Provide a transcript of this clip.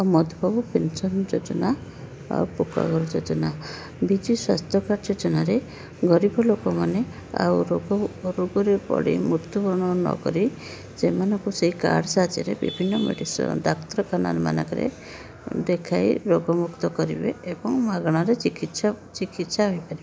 ଆଉ ମଧୁବାବୁ ପେନସନ୍ ଯୋଜନା ଆଉ ପକ୍କାଘର ଯୋଜନା ବିଜୁ ସ୍ୱାସ୍ଥ୍ୟ କାର୍ଡ଼ ଯୋଜନାରେ ଗରିବ ଲୋକମାନେ ଆଉ ରୋଗ ରୋଗରେ ପଡ଼ି ମୃତ୍ୟୁବରଣ ନ କରି ସେମାନଙ୍କୁ ସେଇ କାର୍ଡ଼ ସାହାଯ୍ୟରେ ବିଭିନ୍ନ ମେଡ଼ିସିନ୍ ଡାକ୍ତରଖାନା ମାନଙ୍କରେ ଦେଖାଇ ରୋଗ ମୁକ୍ତ କରିବେ ଏବଂ ମାଗଣାରେ ଚିକିତ୍ସା ଚିକିତ୍ସା ହେଇପାରିବେ